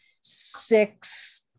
six